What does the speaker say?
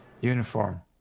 Uniform